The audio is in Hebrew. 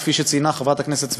כפי שציינה חברת הכנסת סבטלובה,